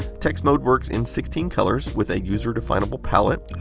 text mode works in sixteen colors, with a user definable palette,